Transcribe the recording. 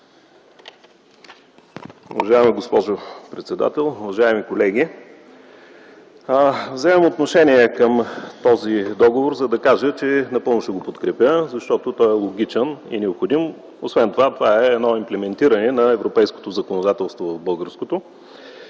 Уважаема госпожо председател, уважаеми колеги! Вземам отношение към този законопроект, за да кажа, че напълно ще го подкрепя, защото той е логичен и необходим. Освен това, е едно имплементиране на европейското законодателство в българското.